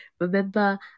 remember